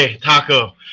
taco